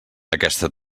aquesta